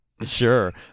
Sure